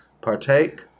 partake